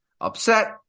upset